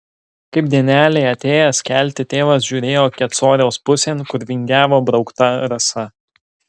kaip dienelė atėjęs kelti tėvas žiūrėjo kecoriaus pusėn kur vingiavo braukta rasa